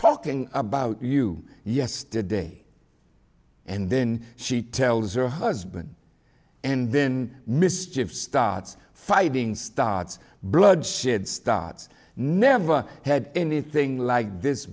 talking about you yesterday and then she tells her husband and then mischief starts fighting starts bloodshed starts never had anything like this